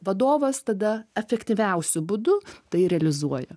vadovas tada efektyviausiu būdu tai realizuoja